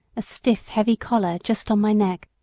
a stiff heavy collar just on my neck,